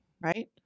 right